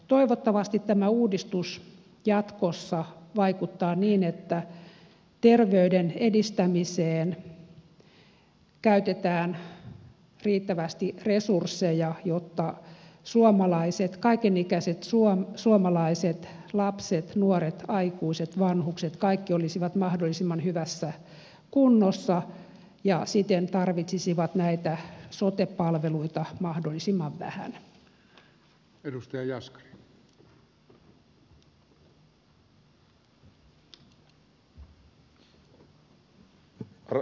toivottavasti tämä uudistus jatkossa vaikuttaa niin että terveyden edistämiseen käytetään riittävästi resursseja jotta kaiken ikäiset suomalaiset lapset nuoret aikuiset vanhukset olisivat kaikki mahdollisimman hyvässä kunnossa ja siten tarvitsisivat näitä sote palveluita mahdollisimman vähän